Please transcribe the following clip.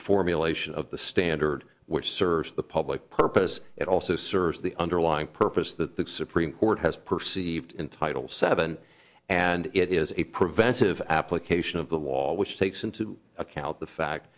formulation of the standard which serves the public purpose it also serves the underlying purpose that the supreme court has perceived in title seven and it is a preventive application of the wall which takes into account the fact